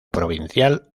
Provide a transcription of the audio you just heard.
provincial